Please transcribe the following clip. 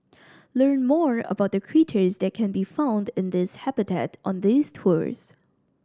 learn more about the critters that can be found in this habitat on these tours